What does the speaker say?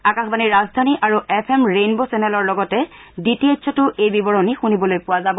আকাশবাণীৰ ৰাজধানী আৰু এফ এম ৰেইনব চেনেলৰ লগতে ডি টি এইচতো এই বিৱৰণী শুনিবলৈ পোৱা যাব